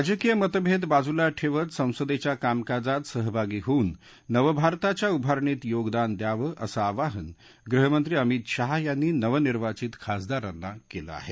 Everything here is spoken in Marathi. राजकीय मतभेद बाजूला ठेवत संसदेच्या कामकाजात सहभागी होऊन नवभारताच्या उभारणीत योगदान द्यावं असं आवाहन गृहमंत्री अमित शाह यांनी नवनिर्वाचित खासदारांना केलं आहे